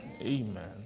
Amen